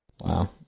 Wow